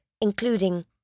including